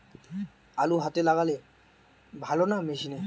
আলু হাতে লাগালে ভালো না মেশিনে?